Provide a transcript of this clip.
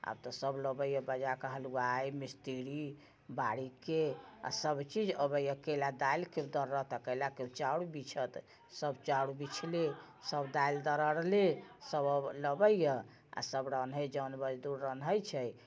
आब तऽ सभ लबैए बजाके हलुवाइ मिस्त्री बारिके आओर सभ चीज अबैए कैला केओ दालि दर्रत कैला केओ चाउर बीछत सभ चाउर बिछले सभ दालि दररले सभ अब लबैए सभ रन्है जौन मजदूर रन्है छै